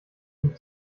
dem